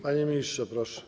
Panie ministrze, proszę.